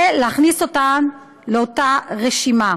ולהכניס אותן לאותה רשימה.